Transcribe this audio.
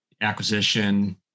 acquisition